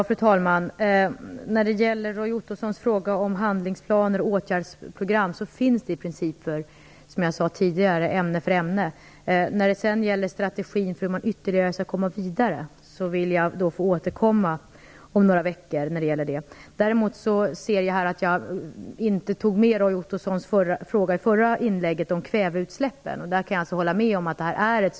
Fru talman! När det gäller Roy Ottossons fråga om handlingsplaner/åtgärdsprogram kan jag säga att sådant i princip finns, ämne för ämne. Till strategin för hur man skall komma vidare vill jag återkomma om några veckor. Jag märker nu att jag inte tog med den fråga som Roy Ottosson ställde i ett tidigare inlägg och som handlade om kväveutsläppen, men jag svarar på den nu i stället.